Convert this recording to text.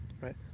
right